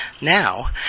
Now